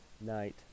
Night